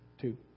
two